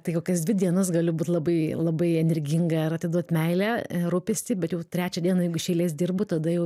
tai kokias dvi dienas galiu būt labai labai energinga ir atiduot meilę rūpestį bet jau trečią dieną jeigu iš eilės dirbu tada jau